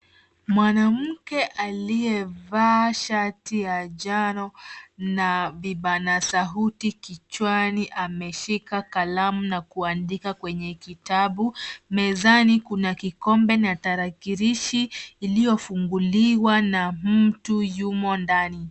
Mwanamke aliyevaa shati ya njano na vibana sauti kichwani ameshika kalamu na kuandika kwenye kitabu. Mezani kuna kikombe na tarakilishi iliyofunguliwa na mtu yumo ndani.